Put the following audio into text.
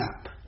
up